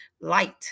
light